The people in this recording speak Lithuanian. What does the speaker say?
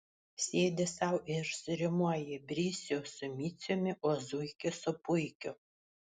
sėdi sau ir surimuoji brisių su miciumi o zuikį su puikiu